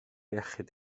iechyd